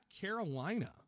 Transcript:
Carolina